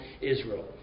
Israel